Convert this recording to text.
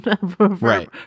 Right